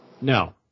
No